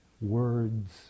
words